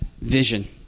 vision